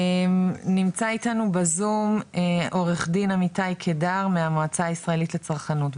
נמצא איתנו בזום עורך דין עמיתי קידר מהמועצה הישראלית לצרכנות,